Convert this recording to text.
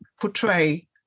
portray